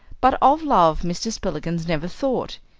but of love mr. spillikins never thought.